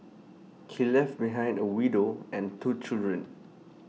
he left behind A widow and two children